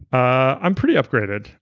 i'm pretty upgraded.